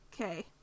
Okay